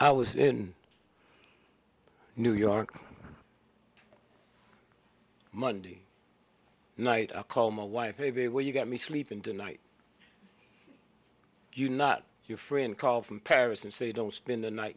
i was in new york monday night a call my wife maybe well you got me sleeping tonight you not your friend call from paris and say don't spend the night